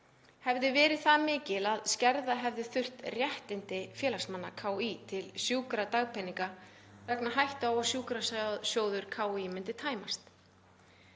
hefði verið það mikil að skerða hefði þurft réttindi félagsmanna KÍ til sjúkradagpeninga vegna hættu á að sjúkrasjóður KÍ myndi tæmast.